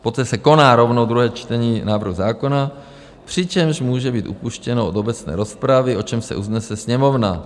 Poté se koná rovnou druhé čtení návrhu zákona, přičemž může být upuštěno od obecné rozpravy, o čemž se usnese Sněmovna.